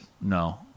no